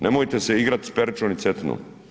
Nemojte se igrati sa Perućom i Cetinom.